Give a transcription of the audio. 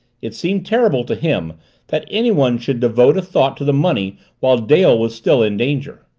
it seemed terrible to him that anyone should devote a thought to the money while dale was still in danger.